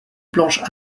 planches